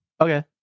okay